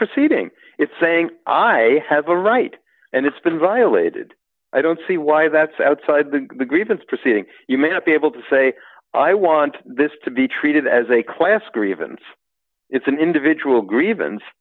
proceeding it's saying i have a right and it's been violated i don't see why that's outside the grievance proceeding you may not be able to say i want this to be treated as a class grievance it's an individual grievance